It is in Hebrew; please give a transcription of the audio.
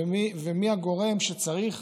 ומי הגורם שצריך